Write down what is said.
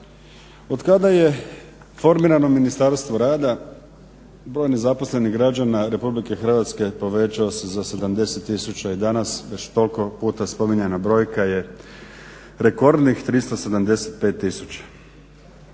Otkada je formirano Ministarstvo rada broj nezaposlenih građana Republike Hrvatske povećao se za 70000 i danas već toliko puta spominjana brojka je rekordnih 375000.